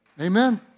Amen